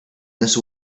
this